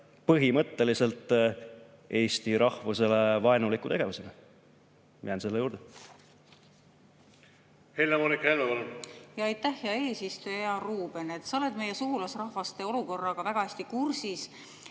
põhimõtteliselt eesti rahvusele vaenuliku tegevusena. Jään selle juurde. Helle-Moonika Helme. Helle-Moonika Helme. Aitäh, hea eesistuja! Hea Ruuben! Sa oled meie sugulasrahvaste olukorraga väga hästi kursis.